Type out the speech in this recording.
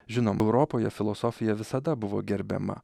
žinom europoje filosofija visada buvo gerbiama